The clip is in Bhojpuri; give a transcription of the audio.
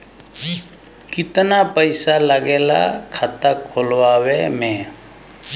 कितना पैसा लागेला खाता खोलवावे में?